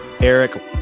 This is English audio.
Eric